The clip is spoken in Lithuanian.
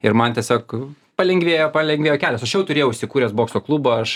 ir man tiesiog palengvėjo palengvėjo kelias aš jau turėjau įsikūręs bokso klubą aš